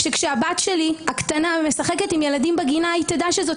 שכשהבת הקטנה שלי משחקת עם ילדים בגינה היא תדע שזאת